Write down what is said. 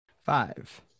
Five